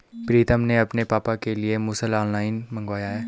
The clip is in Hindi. प्रितम ने अपने पापा के लिए मुसल ऑनलाइन मंगवाया है